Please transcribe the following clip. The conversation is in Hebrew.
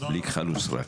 בלי כחל וסרק.